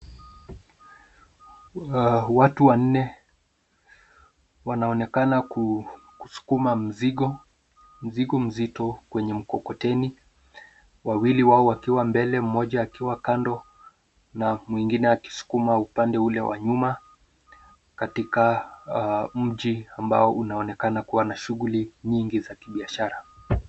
Watu wanne wanaonekana kusukuma mzigo, mzigo mzito kwenye mkokoteni wawili wao wakiwa mbele mmoja akiwa kando na mwingine akisukuma upande ule wa nyuma katika mji ambao unaonekana kuwa na shughuli nyingi za kibiashara.